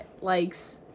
likes